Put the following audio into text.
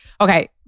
Okay